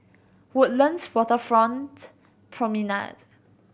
Woodlands Waterfront Promenade